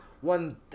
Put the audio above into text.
one